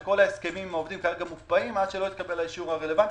כל ההסכמים עם העובדים כרגע מוקפאים עד שלא יתקבל האישור הרלוונטי.